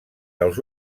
dels